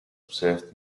observed